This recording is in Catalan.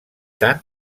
tant